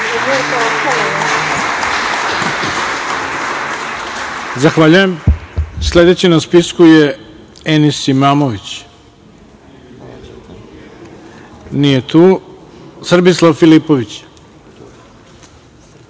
Zahvaljujem. Sledeći na spisku je Enis Imamović. (Nije tu.)Reč ima Srbislav Filipović.